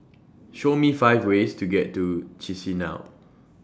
Show Me five ways to get to Chisinau